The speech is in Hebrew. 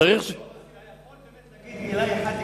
אתה יכול להגיד מלה אחת על